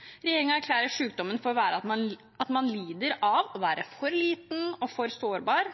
at man lider av å være for liten og for sårbar.